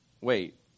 Wait